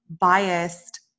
biased